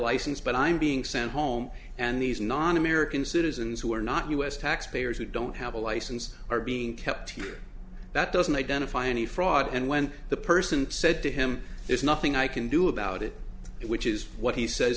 license but i'm being sent home and these non american citizens who are not u s taxpayers who don't have a license are being kept here that doesn't identify any fraud and when the person said to him there's nothing i can do about it which is what he says